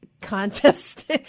contest